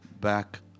back